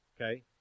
okay